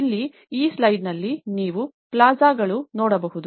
ಇಲ್ಲಿ ಈ ಸ್ಲೈಡ್ನಲ್ಲಿ ನೀವು ಪ್ಲಾಜಾಗಳು ನೋಡುವುದು